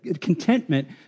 contentment